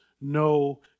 no